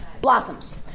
blossoms